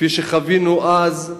כפי שחווינו אז,